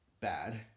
bad